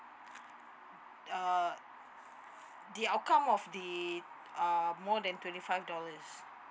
err the outcome of the uh more than twenty five dollars